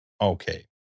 okay